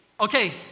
okay